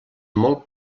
molt